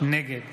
נגד